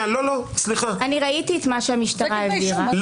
ראיתי את מה שהמשטרה העבירה.